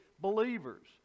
believers